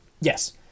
Yes